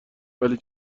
ولی